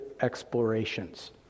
Explorations